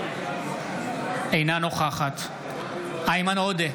אינה נוכחת איימן עודה,